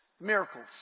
Miracles